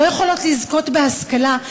לא יכולות לזכות בהשכלה,